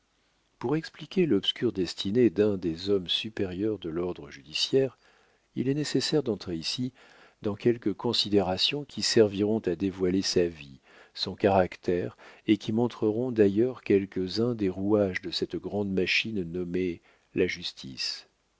pour expliquer l'obscure destinée d'un des hommes supérieurs de l'ordre judiciaire il est nécessaire d'entrer ici dans quelques considérations qui serviront à dévoiler sa vie son caractère et qui montreront d'ailleurs quelques-uns des rouages de cette grande machine nommée la justice